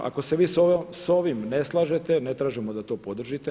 Ako se vi sa ovim ne slažete ne tražimo da to podržite.